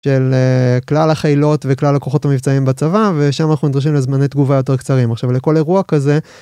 של אה.. כלל החילות וכלל הכוחות המבצעים בצבא ושם אנחנו נדרשים לזמני תגובה יותר קצרים עכשיו לכל אירוע כזה.